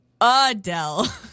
Adele